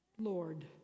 Lord